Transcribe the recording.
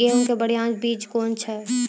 गेहूँ के बढ़िया बीज कौन छ?